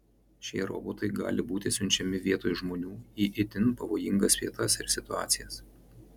šie robotai gali būti siunčiami vietoj žmonių į itin pavojingas vietas ir situacijas